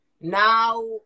now